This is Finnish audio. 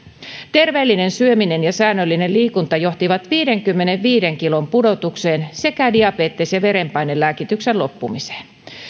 terveellinen syöminen ja säännöllinen liikunta johtivat viidenkymmenenviiden kilon pudotukseen sekä diabetes ja verenpainelääkityksen loppumiseen